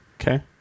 Okay